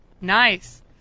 Nice